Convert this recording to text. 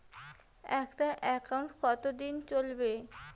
একটা একাউন্ট কতদিন চলিবে?